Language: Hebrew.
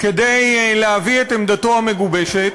כדי להביא את עמדתו המגובשת.